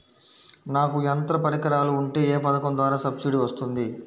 నాకు యంత్ర పరికరాలు ఉంటే ఏ పథకం ద్వారా సబ్సిడీ వస్తుంది?